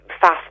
fast